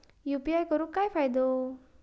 UPI करून काय फायदो?